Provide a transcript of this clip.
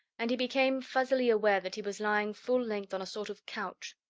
and he became fuzzily aware that he was lying full length on a sort of couch.